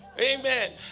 Amen